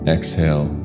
Exhale